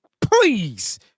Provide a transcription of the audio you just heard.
Please